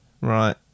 Right